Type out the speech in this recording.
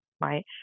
right